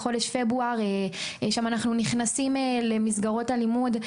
חודש פברואר שם אנחנו נכנסים למסגרות הלימוד.